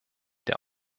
der